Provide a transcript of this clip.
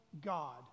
God